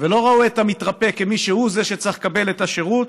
ולא ראו את המתרפא כמי שצריך לקבל את השירות,